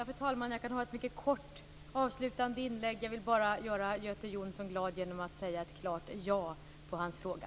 Fru talman! Jag vill bara i ett mycket kort avslutande inlägg göra Göte Jonsson glad genom att svara ett klart ja på hans fråga.